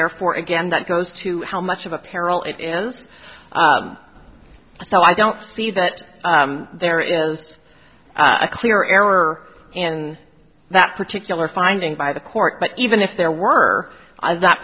therefore again that goes to how much of a peril it is so i don't see that there is a clear error in that particular finding by the court but even if there were that